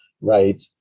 right